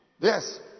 Yes